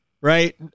right